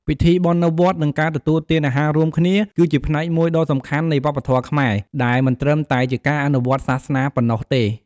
ពិធីបុណ្យនៅវត្ត និងការទទួលទាន អាហាររួមគ្នា គឺជាផ្នែកមួយដ៏សំខាន់នៃវប្បធម៌ខ្មែរ ដែលមិនត្រឹមតែជាការអនុវត្តន៍សាសនាប៉ុណ្ណោះទេ។